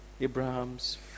Abraham's